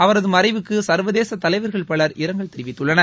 அவரது மறைவுக்கு சா்வதேச தலைவர்கள் பலர் இரங்கல் தெரிவித்துள்ளனர்